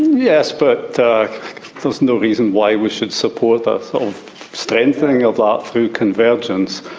yes, but there's no reason why we should support the so strengthening of that through convergence.